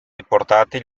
riportati